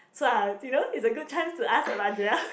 so I you know it's a good chance to ask about Joel